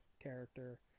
character